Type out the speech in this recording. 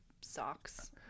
socks